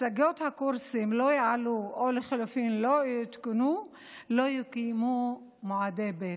מצגות הקורסים לא יעלו או לחלופין יותקנו ולא יקוימו מועדי ב'".